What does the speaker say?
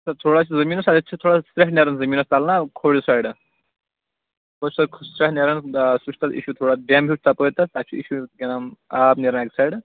سر تھوڑا چھُ زٔمیٖنَس حظ اتہِ چھُ تھوڑا سرٛیٚہہ نیرن زٔمیٖنَس تَل نا کھۄرِ سایِڈٕ بس سر سرٛیٚہہ نیران سُہ چھُ تَتھ اِشوٗ تھوڑا ڈیٚمب ہیٛوٗ تَپٲرۍ تَتھ تَتہِ چھُ اِشوٗ کیٚنٛہہ تام آب نیران اَکہِ سایِڈٕ